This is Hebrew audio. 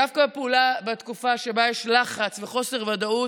דווקא בתקופה שבה יש לחץ וחוסר וודאות,